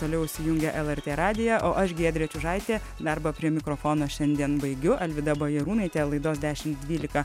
toliau įsijungia lrt radiją o aš giedrė čiužaitė darbą prie mikrofono šiandien baigiu alvyda bajarūnaitė laidos dešimt dvylika